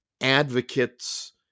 advocates